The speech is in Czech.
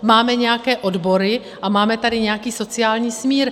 Máme nějaké odbory a máme tady nějaký sociální smír.